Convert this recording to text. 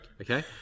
Okay